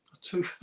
two